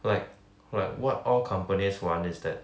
like like what all companies want is that